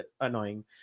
annoying